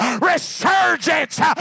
resurgence